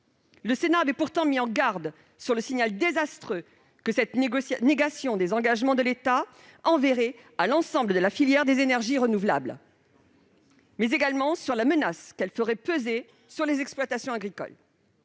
Le Sénat avait pourtant mis en garde sur le signal désastreux que cette négation des engagements de l'État enverrait à l'ensemble de la filière des énergies renouvelables, mais également sur la menace qu'elle ferait peser sur les exploitations agricoles.